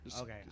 Okay